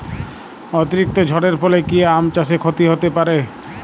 অতিরিক্ত ঝড়ের ফলে কি আম চাষে ক্ষতি হতে পারে?